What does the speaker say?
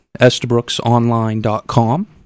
estabrooksonline.com